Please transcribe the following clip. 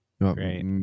Great